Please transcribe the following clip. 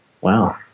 Wow